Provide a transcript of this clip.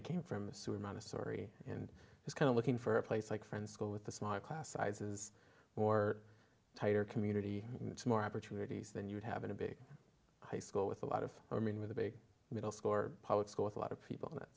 i came from a sewer montessori and was kind of looking for a place like friends school with the smaller class sizes more tighter community more opportunities than you would have in a big high school with a lot of i mean with a big middle school or public school with a lot of people